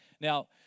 Now